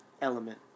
element